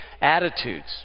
attitudes